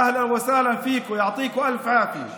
(אומר בערבית: ברוכים הבאים,